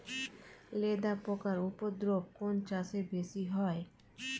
লেদা পোকার উপদ্রব কোন চাষে বেশি হয়?